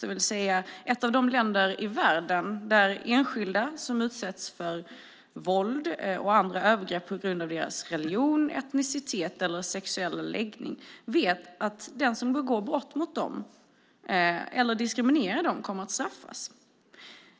Det vill säga att vi är ett av de länder i världen där enskilda som utsätts för våld och andra övergrepp på grund av deras religion, etnicitet eller sexuella läggning vet att den som begår brott mot dem eller diskriminerar dem kommer att straffas.